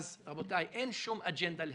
אז, רבותי, אין שום אג'נדה להקשות.